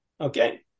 Okay